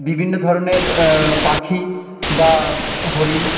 বিভিন্ন ধরনের পাখি বা হরিণ